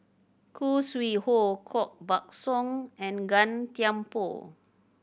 Khoo Sui Hoe Koh Buck Song and Gan Thiam Poh